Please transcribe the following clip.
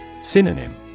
Synonym